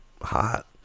hot